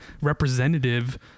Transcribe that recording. representative